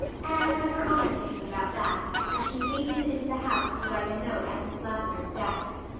anne had her own opinion about that as she hastened into the house to write a note at miss lavendar's desk.